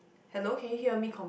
hello can you hear me computer